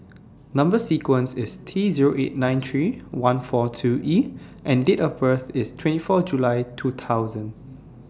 Number sequences IS T Zero eight nine three one four two E and Date of birth IS twenty four July two thousand